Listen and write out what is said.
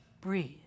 Breathe